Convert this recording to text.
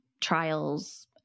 trials